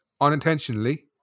unintentionally